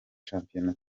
shampiyona